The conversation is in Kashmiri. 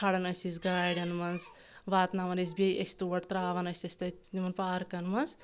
کھالان ٲسۍ أسۍ گاڑؠن منٛز واتناوان أسۍ بیٚیہِ أسۍ تور ترٛاوان ٲسۍ أسۍ تتہِ تِمَن پارکن منٛز